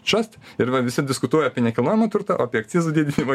šast ir va visi diskutuoja apie nekilnojamo turto o apie akcizų didinimą